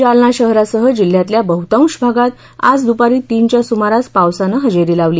जालना शहरासह जिल्ह्यातल्या बहुतांश भागात आज दुपारी तीनच्या सुमारास पावसानं हजेरी लावली